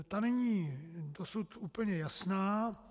Ta není dosud úplně jasná.